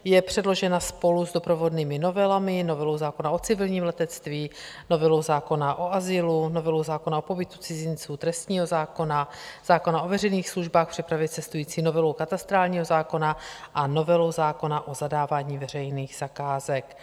Je předložena spolu s doprovodnými novelami, novelou zákona o civilním letectví, novelou zákona o azylu, novelou zákona o pobytu cizinců, trestního zákona, zákona o veřejných službách přepravy cestujících, novelou katastrálního zákona a novelou zákona o zadávání veřejných zakázek.